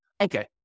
Okay